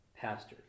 pastor